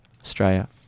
Australia